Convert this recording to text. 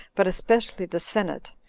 but especially the senate,